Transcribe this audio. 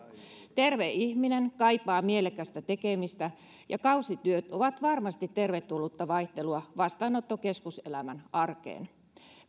terve ihminen kaipaa mielekästä tekemistä ja kausityöt ovat varmasti tervetullutta vaihtelua vastaanottokeskuselämän arkeen